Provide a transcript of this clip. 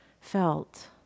felt